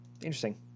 interesting